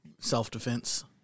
Self-defense